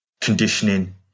conditioning